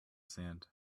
sand